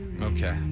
Okay